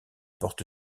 porte